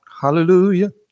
Hallelujah